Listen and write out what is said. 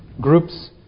groups